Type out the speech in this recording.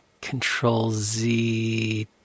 Control-Z